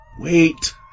wait